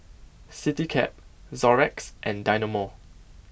CityCab Xorex and Dynamo